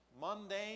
mundane